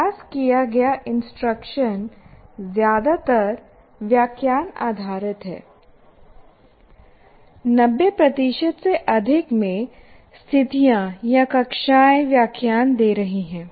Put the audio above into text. अभ्यास किया गया इंस्ट्रक्शन ज्यादातर व्याख्यान आधारित है 90 प्रतिशत से अधिक में स्थितियाँ या कक्षाएँ व्याख्यान दे रही हैं